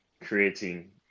creating